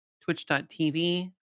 twitch.tv